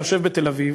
היושב בתל-אביב,